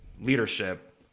leadership